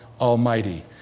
Almighty